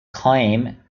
claim